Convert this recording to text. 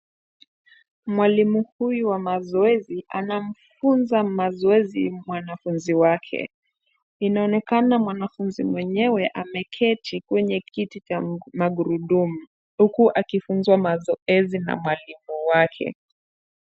Mwalimu huyu wa mazoezi, anamfunza mazoezi mwanafunzi wake. Inaonekana mwanafunzi mwenyewe ameketi kwenye kiti cha magurudumu, huku akifunzwa mazoezi na mwalimu wake.